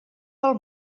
pel